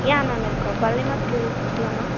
யா ma'am இருக்கோம் ஸ்கூலா ma'am